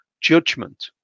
judgment